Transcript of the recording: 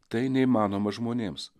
tai neįmanoma žmonėms